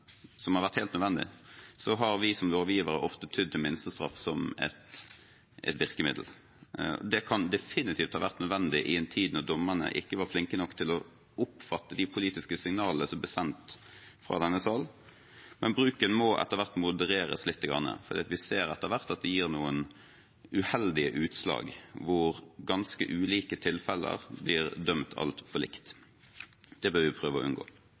som har vært helt nødvendig, har vi som lovgivere ofte tydd til minstestraff som et virkemiddel. Det kan definitivt ha vært nødvendig i en tid da dommerne ikke var flinke nok til å oppfatte de politiske signalene som ble sendt fra denne salen, men bruken må etter hvert modereres litt. Vi ser etter hvert at det gir noen uheldige utslag, hvor ganske ulike tilfeller blir dømt altfor likt. Det bør vi prøve å unngå.